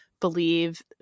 believe